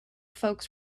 folks